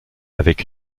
avec